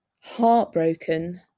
heartbroken